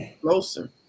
closer